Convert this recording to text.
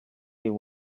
you